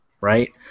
right